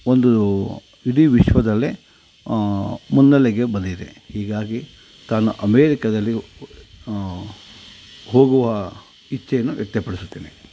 ಒಂದು ಇಡೀ ವಿಶ್ವದಲ್ಲೇ ಮುನ್ನೆಲೆಗೆ ಬಂದಿದೆ ಹೀಗಾಗಿ ತಾನು ಅಮೇರಿಕಾದಲ್ಲಿ ಹೋಗುವ ಇಚ್ಛೆಯನ್ನು ವ್ಯಕ್ತಪಡಿಸುತ್ತೇನೆ